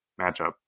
matchup